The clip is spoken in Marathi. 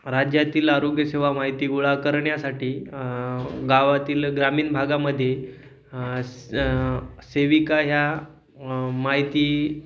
राज्यातील आरोग्यसेवा माहिती गोळा करण्यासाठी गावातील ग्रामीण भागामध्ये स सेविका ह्या माहिती